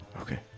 Okay